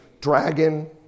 dragon